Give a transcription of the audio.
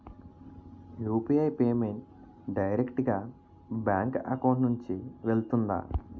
UPI payment direct గా bank account నుంచి వెళ్తుందా?